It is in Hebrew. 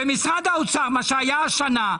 במשרד האוצר מה שהיה השנה,